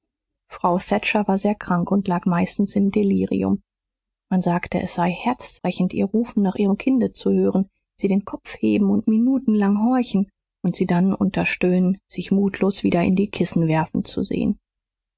frau thatcher war sehr krank und lag meistens im delirium man sagte es sei herzbrechend ihr rufen nach ihrem kinde zu hören sie den kopf heben und minutenlang horchen und sie dann unter stöhnen sich mutlos wieder in die kissen werfen zu sehen